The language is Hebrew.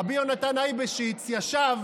רבי יהונתן אייבשיץ ישב